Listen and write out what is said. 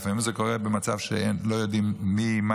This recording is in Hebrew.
לפעמים זה קורה במצב שלא יודעים מי,